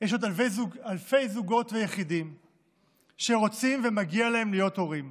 יש עוד אלפי זוגות ויחידים שרוצים ומגיע להם להיות הורים,